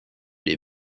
des